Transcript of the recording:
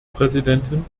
präsidentin